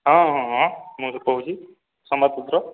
ହଁ ହଁ ହଁ ମୁଁ କହୁଛି ସମ୍ବାଦ ପତ୍ର